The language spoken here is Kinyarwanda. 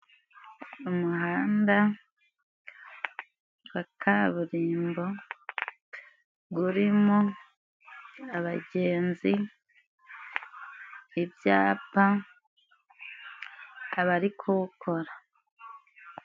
Umuhanda wa kaburimbo urimo abagenzi, ibyapa, abari kuwukora.